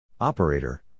Operator